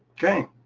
okay.